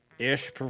Ish